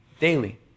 daily